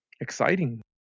exciting